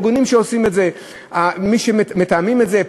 הארגונים שעושים את זה מתאמים את זה,